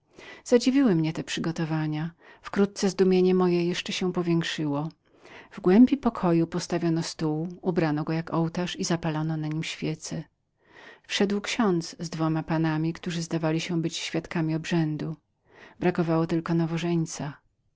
głowy zadziwiły mnie te przygotowania wkrótce zadziwienie moje jeszcze się powiększyło w głębi pokoju postawiono stół ubrano go jak ołtarz i oświecono wszedł ksiądz z dwoma panami którzy zdawali się być świadkami obrzędu brakowało tylko